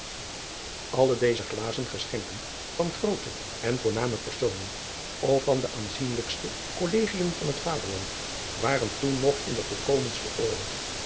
lle deze glazen geschenken van groote en voorname personen of van de aanzienlijkste kollegien van het aderland waren toen nog in de volkomenste orde